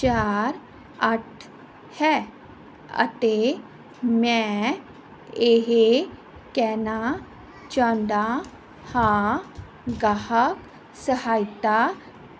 ਚਾਰ ਅੱਠ ਹੈ ਅਤੇ ਮੈਂ ਇਹ ਕਹਿਣਾ ਚਾਹੁੰਦਾ ਹਾਂ ਗਾਹਕ ਸਹਾਇਤਾ